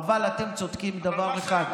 אבל אתם צודקים בדבר אחד,